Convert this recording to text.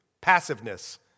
passiveness